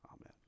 Amen